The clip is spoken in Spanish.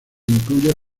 incluye